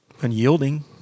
unyielding